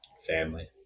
family